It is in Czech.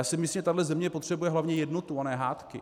Já si myslím, že tahle země potřebuje hlavně jednotu a ne hádky.